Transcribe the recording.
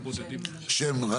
זו ישיבה